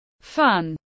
fun